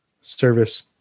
service